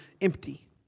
empty